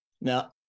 Now